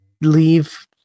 leave